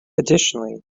additionally